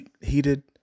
heated